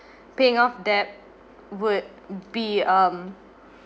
paying off debt would be um